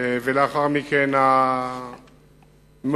ולאחר מכן המעורבות